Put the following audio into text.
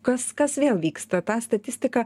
kas kas vėl vyksta tą statistiką